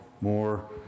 more